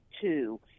two